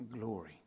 Glory